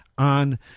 on